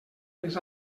les